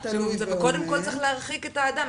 קודם כל צריך להרחיק את האדם.